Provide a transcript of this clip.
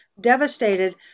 devastated